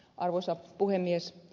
arvoisa puhemies